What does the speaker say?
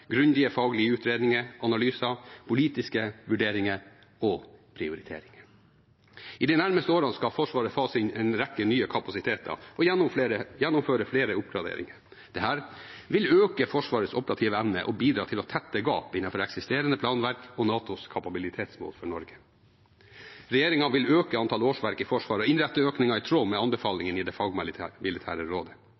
grundige faglige utredninger, analyser, politiske vurderinger og prioriteringer. I de nærmeste årene skal Forsvaret fase inn en rekke nye kapasiteter og gjennomføre flere oppgraderinger. Det vil øke Forsvarets operative evne og bidra til å tette gap innenfor eksisterende planverk og NATOs kapabilitetsmål for Norge. Regjeringen vil øke antall årsverk i Forsvaret og innrette økningen i tråd med